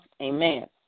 Amen